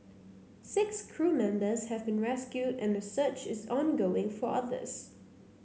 six crew members have been rescued and a search is ongoing for others